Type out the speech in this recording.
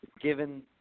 given